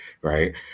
Right